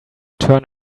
turn